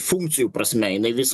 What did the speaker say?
funkcijų prasme jinai vis